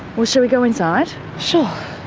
well, shall we go inside? sure.